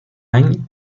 any